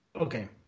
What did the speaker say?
Okay